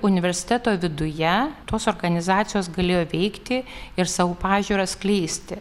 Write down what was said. universiteto viduje tos organizacijos galėjo veikti ir savo pažiūras skleisti